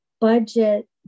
budget